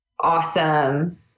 awesome